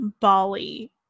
Bali